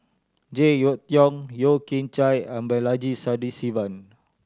Jek Yeun Thong Yeo Kian Chai and Balaji Sadasivan